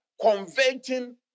converting